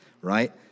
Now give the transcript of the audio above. right